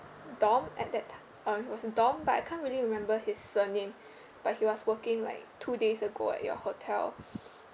dom at that ti~ uh it was dom but I can't really remember his surname but he was working like two days ago at your hotel